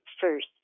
first